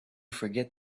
forget